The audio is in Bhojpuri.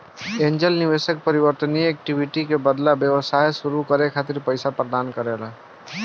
एंजेल निवेशक परिवर्तनीय इक्विटी के बदला व्यवसाय सुरू करे खातिर पईसा प्रदान करेला